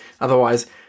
Otherwise